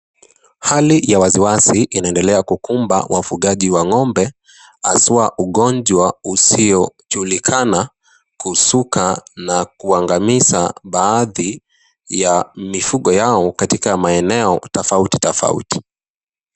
Hali ya wasiwasi inaendelea kukumba wafugaji wa ng'ombe, haswa ugonjwa usiojulikana kusuka na kuwaangamiza baadhi ya mifugo yao katika maeneo tofauti tofauti.